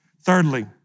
Thirdly